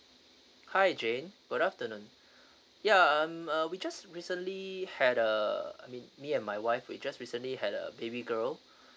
hi jane good afternoon ya um uh we just recently had a I mean me and my wife we just recently had a baby girl